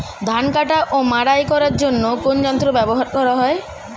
ধান কাটা ও মাড়াই করার জন্য কোন যন্ত্র ব্যবহার করা হয়?